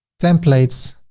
templates,